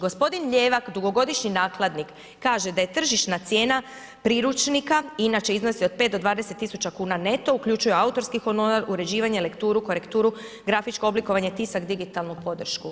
Gospodin Ljevak, dugogodišnji nakladnik kaže da je tržišna cijena priručnika, inače iznosi od 5 do 20.000 kuna neto uključuje autorski honorar, uređivanje, lekturu, korekturu, grafičko oblikovanje, tisak, digitalnu podršku.